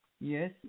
Yes